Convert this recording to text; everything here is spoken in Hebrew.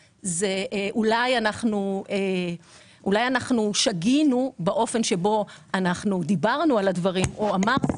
אולי אנחנו שגינו באופן שבו דיברנו על הדברים או אמרנו,